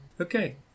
Okay